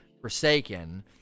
Forsaken